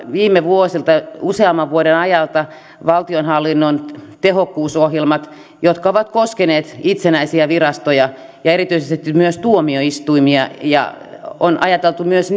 viime vuosilta useamman vuoden ajalta valtionhallinnon tehokkuusohjelmat jotka ovat koskeneet itsenäisiä virastoja ja erityisesti myös tuomioistuimia on ajateltu myös